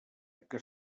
que